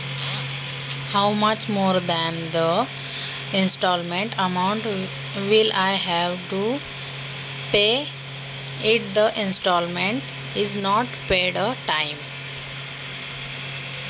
हफ्ता वेळेवर नाही भरल्यावर मला हप्त्याच्या रकमेपेक्षा किती जास्त रक्कम भरावी लागेल?